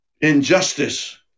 Injustice